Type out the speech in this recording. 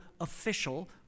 official